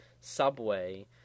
Subway